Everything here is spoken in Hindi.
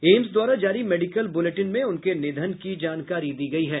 एम्स द्वारा जारी मेडिकल बुलेटिन में उनके निधन की जानकारी दी गयी है